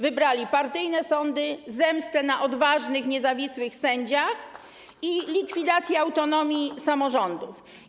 Wybrali partyjne sądy, zemstę na odważnych, niezawisłych sędziach i likwidację autonomii samorządów.